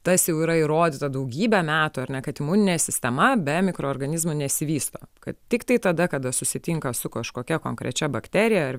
tas jau yra įrodyta daugybę metų ar ne kad imuninė sistema be mikroorganizmų nesivysto kad tiktai tada kada susitinka su kažkokia konkrečia bakterija ar